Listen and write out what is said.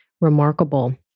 remarkable